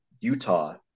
Utah